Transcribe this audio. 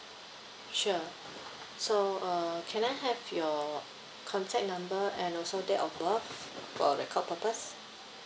sure so uh can I have your contact number and also date of birth for record purpose